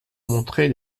montrer